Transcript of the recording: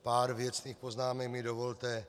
Pár věcných poznámek mi dovolte.